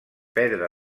pedra